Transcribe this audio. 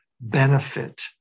benefit